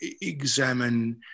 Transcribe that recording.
examine